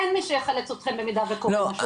אין מי שיחלץ אתכם באם קורה משהו.